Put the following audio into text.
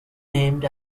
named